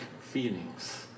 feelings